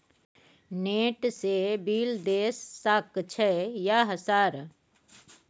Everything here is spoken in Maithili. नेट से बिल देश सक छै यह सर?